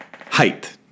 height